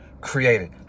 created